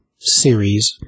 series